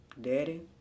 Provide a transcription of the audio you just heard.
daddy